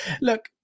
Look